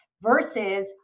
versus